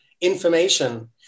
information